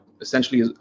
essentially